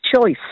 choice